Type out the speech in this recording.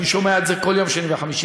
אני שומע את זה כל שני וחמישי.